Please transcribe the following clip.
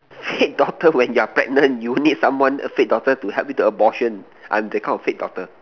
fate doctor when you're pregnant you need someone a fate doctor to help you to abortion I'm that kind of fate doctor